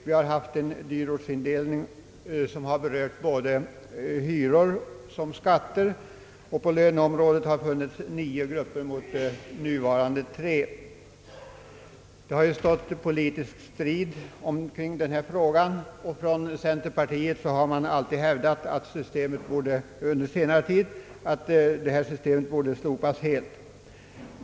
Vi har haft en dyrortsindelning som har berört både hyror och skatter, och på löneområdet har det funnits nio grupper mot nuvarande tre. Det har stått politisk strid omkring denna fråga, och från centerpartiet har hävdats att detta system helt borde slopas.